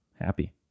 Happy